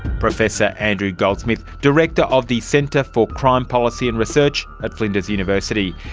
professor andrew goldsmith, director of the centre for crime policy and research at flinders university.